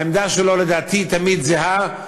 העמדה שלו לדעתי היא תמיד זהה,